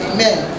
Amen